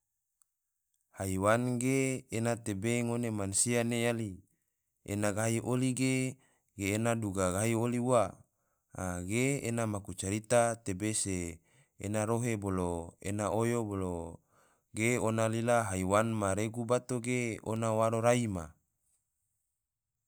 Haiwan ge ena tebe ngone mansia ne yali, ena gahi oli ge, ena duga gahi oli ua, a ge ena maku carita tebe se ena rohe bolo, ena oyo bolo, ge ona lila haiwan ma regu bato ge ona waro rai ma.